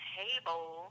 table